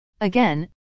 Again